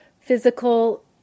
physical